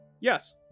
yes